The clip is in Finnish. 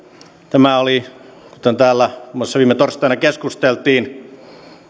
tämä oli muassa viime torstaina keskusteltiin